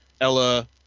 Ella